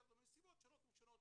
יותר זול מסיבות שונות ומשונות,